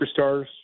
superstars